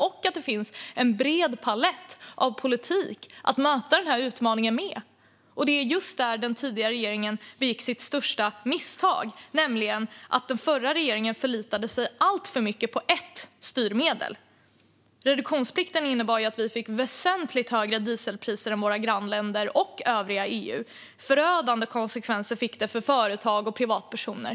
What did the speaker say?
Och det finns en bred palett av politik för att möta den utmaningen. Det är just där den tidigare regeringen begick sitt största misstag, nämligen att man förlitade sig alltför mycket på ett enda styrmedel. Reduktionsplikten innebar ju att vi fick väsentligt högre dieselpriser än våra grannländer och övriga EU. Detta fick förödande konsekvenser för företag och privatpersoner.